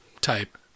Type